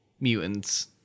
mutants